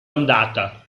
andata